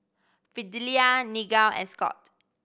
Fidelia Nigel and Scott